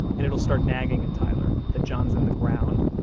and it'll start nagging at tyler that john's in the ground,